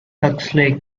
huxley